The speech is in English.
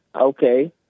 okay